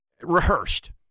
rehearsed